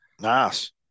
Nice